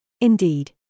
Indeed